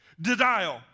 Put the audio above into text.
Denial